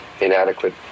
inadequate